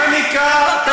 פניקה.